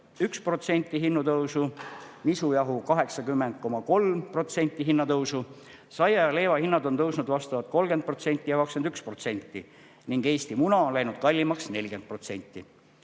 91% hinnatõusu, nisujahu 80,3% hinnatõusu. Saia ja leiva hinnad on tõusnud vastavalt 30% ja 21% ning Eesti muna on läinud kallimaks 40%.